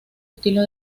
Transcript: estilo